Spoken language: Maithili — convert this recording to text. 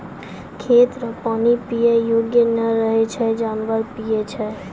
खेत रो पानी पीयै योग्य नै रहै छै जानवर पीयै छै